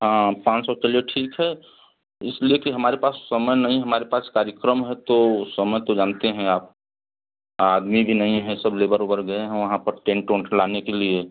हाँ पाँच सौ चलिए ठीक है इसलिए कि हमारे पास समय नहीं है हमारे पास कार्यक्रम है तो समय तो जानते हैं आप आदमी भी नहीं है सब लेबर ओबर गए हैं वहाँ पर टेंट ओंट लाने के लिए